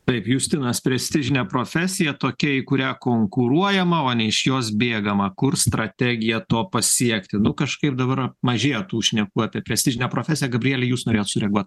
taip justinas prestižinė profesija tokia į kurią konkuruojama o ne iš jos bėgama kur strategija to pasiekti nu kažkaip dabar apmažėjo tų šnekų apie prestižinę profesiją gabriele jūs norėjot sureaguot